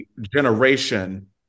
generation